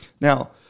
Now